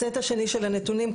הסט השני של הנתונים,